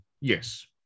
Yes